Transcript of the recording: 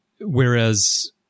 whereas